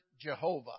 Jehovah